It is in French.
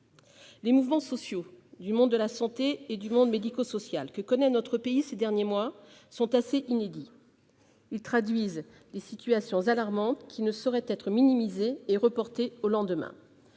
Les mouvements sociaux que le monde de la santé et du médico-social de notre pays connaît ces derniers mois sont assez inédits. Ils traduisent des situations alarmantes qui ne sauraient être minimisées et reportées au lendemain.